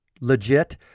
legit